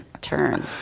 Turn